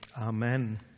Amen